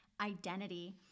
identity